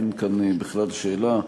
אין כאן בכלל שאלה.